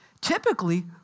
Typically